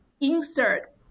insert